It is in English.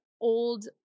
old